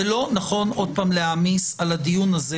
זה לא נכון שוב להעמיס על הדיון הזה